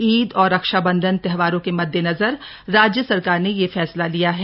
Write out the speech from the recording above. ईद और रक्षाबंधन त्योहारों के मद्देनजर राज्य सरकार ने यह फैसला लिया है